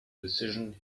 decision